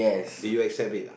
do you accept it ah